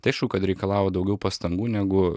tai aišku kad reikalavo daugiau pastangų negu